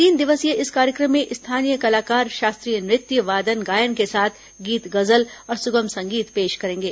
तीन दिवसीय इस कार्यक्रम में स्थानीय कलाकार शास्त्रीय नृत्य वादन गायन के साथ गीत गजल और सुगम संगीत पेश करेंगे